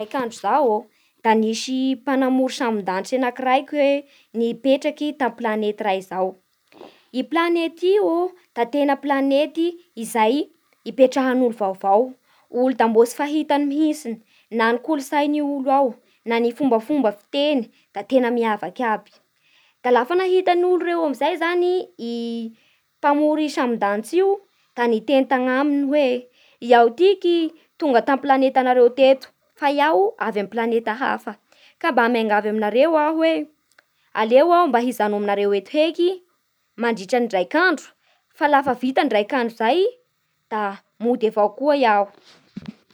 Ndraiky andro zaô da nisy mpanamory sambon-danitsy anakiraky hoe nipetraky tamin'ny palnety raiky zao I planety io da tena planety izay ipetrahan'olo vaovao, olo da mbô tsy fahitany mihintsiny, na ny kolotsain'io olo ao, na ny fombafomba fiteny da tena miavaky iaby Da lafa nahita ny olo reo amin'izay zany i mpamory sambon-danitsy io, da niteny tanaminy hoe: iaho tiky tonga tamin'ny planetanareo teto fa i aho avy amin'ny planeta hafa, ka mba miangavy aminareo aho hoe aleo aho hijano aminareo eto heky mandritran'ny ndray andro, fa lafa vita ndraiky andro zay da mody avao koa i aho